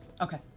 Okay